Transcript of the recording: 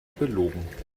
belogen